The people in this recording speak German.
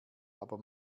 aber